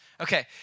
Okay